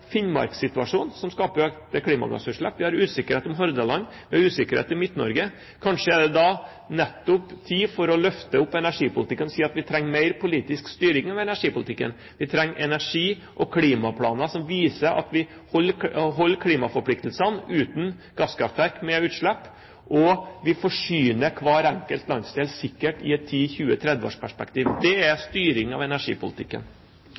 Finnmarksituasjon, som skaper klimagassutslipp, vi har en usikkerhet om Hordaland, vi har en usikkerhet i Midt-Norge. Kanskje er det nettopp tid for å løfte opp energipolitikken og si at vi trenger mer politisk styring av energipolitikken? Vi trenger energi- og klimaplaner som viser at vi holder klimaforpliktelsene uten gasskraftverk med utslipp, og vi forsyner hver enkelt landsdel sikkert i et 10-20-30-årsperspektiv. Det er styring av energipolitikken.